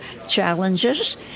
challenges